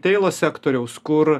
teilo sektoriaus kur